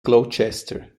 gloucester